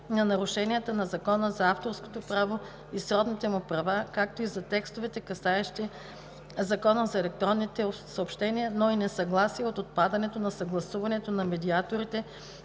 на нарушенията на Закона за авторското право и сродните му права, както и за текстовете, касаещи Закона за електронните съобщения, но и несъгласие от отпадането на съгласуването на медиаторите